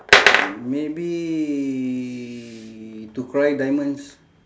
maybe to cry diamonds